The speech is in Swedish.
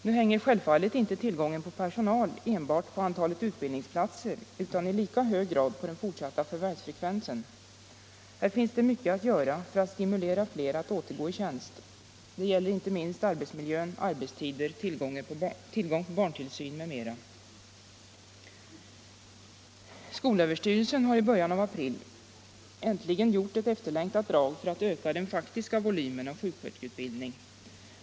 Nu hänger självfallet inte tillgången på personal enbart på antalet utbildningsplatser utan i lika hög grad på den fortsatta förvärvsfrekvensen. Här finns det mycket att göra för att stimulera fler att återgå i tjänst. Det gäller inte minst arbetsmiljön, arbetstider, tillgång på barntillsyn m.m. Skolöverstyrelsen har i början av april äntligen gjort ett efterlängtat drag för att öka den faktiska volymen av sjuksköterskeutbildningen.